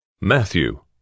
Matthew